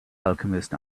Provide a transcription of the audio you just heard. alchemist